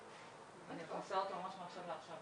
איך אנחנו מפשטים את התהליכים